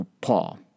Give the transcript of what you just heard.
Paul